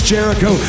Jericho